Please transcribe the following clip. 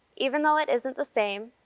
even though it isn't the same,